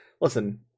listen